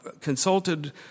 consulted